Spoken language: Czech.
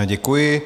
Děkuji.